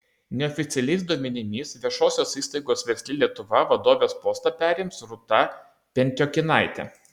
neoficialiais duomenimis viešosios įstaigos versli lietuva vadovės postą perims rūta pentiokinaitė